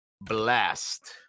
blast